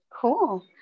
Cool